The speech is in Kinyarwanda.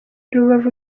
rubavu